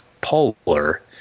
Polar